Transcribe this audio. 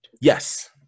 yes